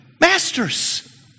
masters